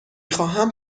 خواهم